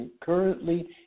currently